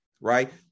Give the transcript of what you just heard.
right